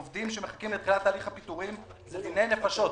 עובדים שמחכים - זה דיני נפשות,